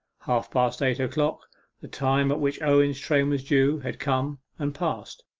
half-past eight o'clock the time at which owen's train was due had come, and passed,